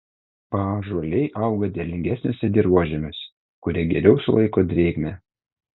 paąžuoliai auga derlingesniuose dirvožemiuose kurie geriau sulaiko drėgmę